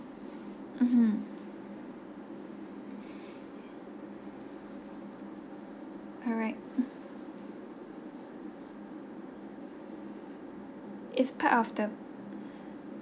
mmhmm alright it's part of the